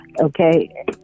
okay